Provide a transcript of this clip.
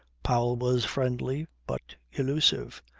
powell was friendly but elusive.